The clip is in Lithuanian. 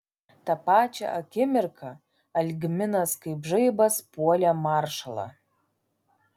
tą pačią akimirką algminas kaip žaibas puolė maršalą